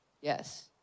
Yes